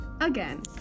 again